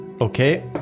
Okay